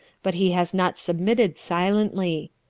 but he has not submitted silently.